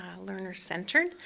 learner-centered